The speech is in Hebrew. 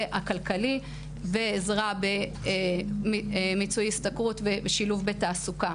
הכלכלי ועזרה במיצוי השתכרות ושילוב בתעסוקה,